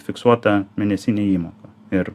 fiksuotą mėnesinę įmoką ir